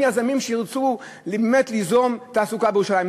קח יזמים שירצו באמת ליזום תעסוקה בירושלים,